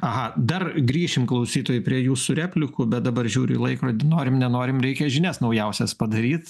aha dar grįšim klausytojai prie jūsų replikų bet dabar žiūriu į laikrodį norim nenorim reikia žinias naujausias padaryt